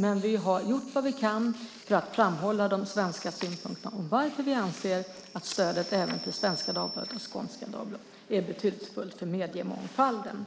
Men vi har gjort vad vi kunnat för att framhålla de svenska synpunkterna om varför vi anser att stödet även till Svenska Dagbladet och Skånska Dagbladet är betydelsefullt för mediemångfalden.